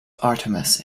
artemis